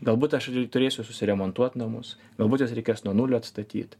galbūt aš turėsiu susiremontuot namus galbūt juos reikės nuo nulio atstatyt